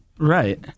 Right